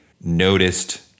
noticed